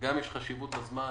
שיש חשיבות לזמן.